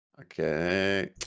Okay